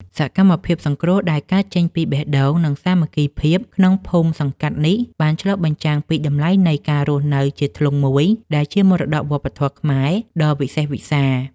សកម្មភាពសង្គ្រោះដែលកើតចេញពីបេះដូង និងសាមគ្គីភាពក្នុងភូមិសង្កាត់នេះ បានឆ្លុះបញ្ចាំងពីតម្លៃនៃ ការរស់នៅជាធ្លុងមួយ ដែលជាមរតកវប្បធម៌ខ្មែរដ៏វិសេសវិសាល។